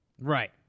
Right